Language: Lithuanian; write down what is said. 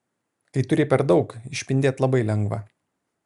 kai turi per daug išpindėt labai lengva